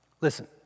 listen